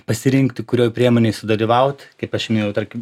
pasirinkti kurioj priemonėj sudalyvaut kaip aš minėjau tarkim